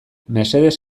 mesedez